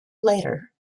later